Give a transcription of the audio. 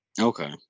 okay